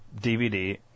DVD